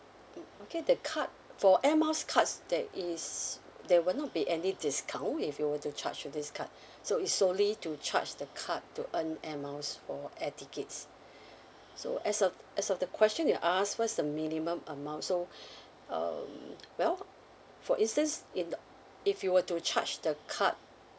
okay the card for air miles cards that is there will not be any discount if you were to charge to this card so is only to charge the card to earn air miles or air tickets so as of as of the question you asked what's the minimum amount so um well for instance in the if you were to charge the card